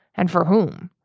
and for whom.